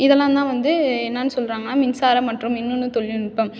இதெல்லாம் தான் வந்து என்னன்னு சொல்றாங்கனால் மின்சாரம் மற்றும் மின்னணுத் தொழில்நுட்பம்